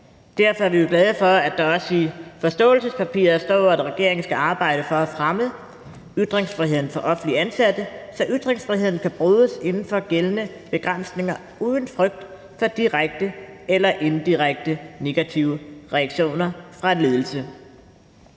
Derfor er vi jo glade for, at der også i forståelsespapiret står, at regeringen skal arbejde for at fremme ytringsfriheden for offentligt ansatte, så ytringsfriheden kan bruges inden for gældende begrænsninger uden frygt for direkte eller indirekte negative reaktioner fra ledelsen.